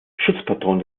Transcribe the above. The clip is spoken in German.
schutzpatron